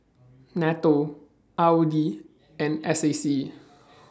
NATO R O D and S A C